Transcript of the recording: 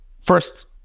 first